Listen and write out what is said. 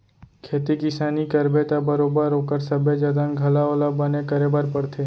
खेती किसानी करबे त बरोबर ओकर सबे जतन घलौ ल बने करे बर परथे